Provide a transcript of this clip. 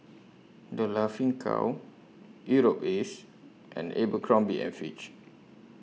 The Laughing Cow Europace and Abercrombie and Fitch